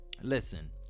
listen